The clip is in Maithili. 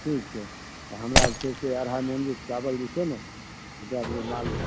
ठीक छै तऽ हमरा जे छै से अढ़ाइ मन चाबल छै ने दै देबै मालभोग